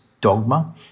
dogma